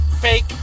Fake